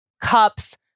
cups